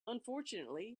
unfortunately